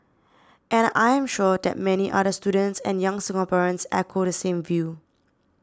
and I am sure that many other students and young Singaporeans echo the same view